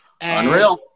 Unreal